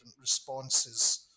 responses